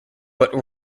but